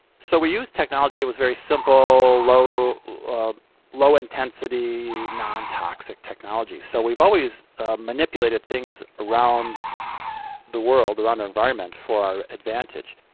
so we used technology, it was very simple, low-intensity, non-toxic technology. so we've always manipulated things around the world, around our environment, for our advantage.